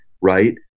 right